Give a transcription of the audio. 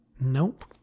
Nope